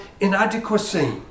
inadequacy